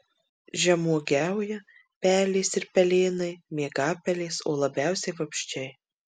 žemuogiauja pelės ir pelėnai miegapelės o labiausiai vabzdžiai